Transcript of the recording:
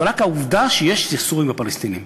זה רק העובדה שיש סכסוך עם הפלסטינים.